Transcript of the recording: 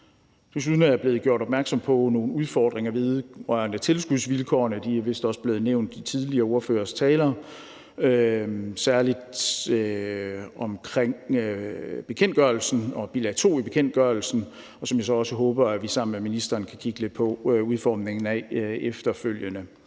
Desuden er jeg blevet gjort opmærksom på nogle udfordringer vedrørende tilskudsvilkårene – de er vist også blevet nævnt i tidligere ordføreres taler – og særlig om bekendtgørelsen og bilag 2 i bekendtgørelsen, som jeg så også håber at vi sammen med ministeren kan kigge lidt på udformningen af efterfølgende.